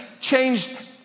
changed